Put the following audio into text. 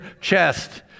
chest